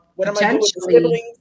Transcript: potentially